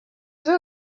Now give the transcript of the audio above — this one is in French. veut